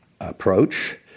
approach